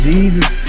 Jesus